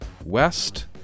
west